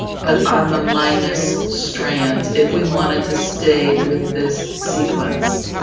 but on the minus strand, if we wanted to stay with this sequence.